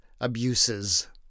abuses